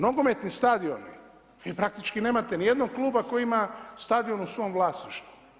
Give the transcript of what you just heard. Nogometni stadioni, vi praktički nemate niti jednog kluba koji ima stadion u svom vlasništvu.